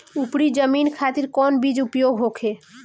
उपरी जमीन खातिर कौन बीज उपयोग होखे?